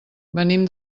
venim